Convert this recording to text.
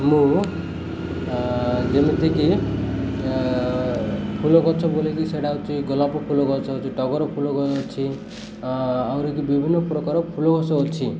ମୁଁ ଯେମିତିକି ଫୁଲ ଗଛ ବୋଲିକି ସେଇଟା ହେଉଛି ଗୋଲାପ ଫୁଲ ଗଛ ଅଛି ଟଗର ଫୁଲ ଅଛି ଆହୁରିିକି ବିଭିନ୍ନ ପ୍ରକାର ଫୁଲ ଗଛ ଅଛି